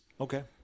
Okay